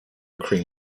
cream